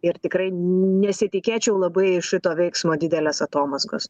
ir tikrai nesitikėčiau labai šito veiksmo didelės atomazgos